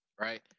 Right